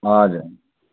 हजुर